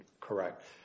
correct